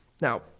Now